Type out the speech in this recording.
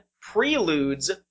Preludes